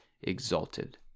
exalted